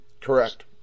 Correct